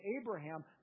Abraham